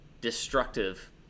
destructive